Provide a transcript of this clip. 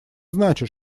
значит